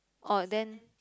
orh then